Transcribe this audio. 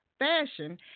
Fashion